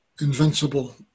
invincible